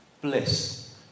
bliss